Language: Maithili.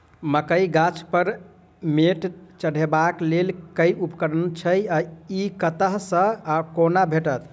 मकई गाछ पर मैंट चढ़ेबाक लेल केँ उपकरण छै? ई कतह सऽ आ कोना भेटत?